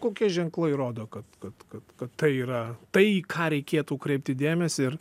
kokie ženklai rodo kad kad kad kad tai yra tai į ką reikėtų kreipti dėmesį ir